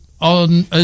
on